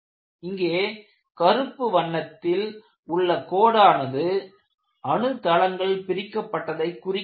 இங்கே கருப்பு வண்ணத்தில் உள்ள கோடானது அணு தளங்கள் பிரிக்கப்பட்டதை குறிக்கிறது